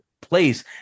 place